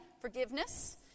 forgiveness